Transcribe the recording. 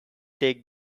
take